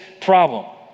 problem